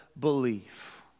belief